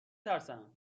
ترسم